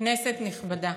כנסת נכבדה,